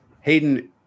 Hayden